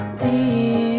leave